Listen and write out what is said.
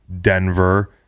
Denver